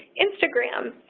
instagram,